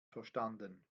verstanden